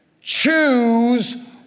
Choose